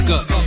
up